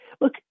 look